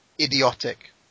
idiotic